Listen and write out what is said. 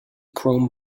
chrome